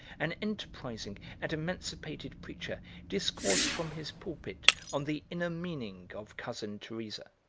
an enterprising and emancipated preacher discoursed from his pulpit on the inner meaning of cousin teresa,